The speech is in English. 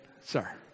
sir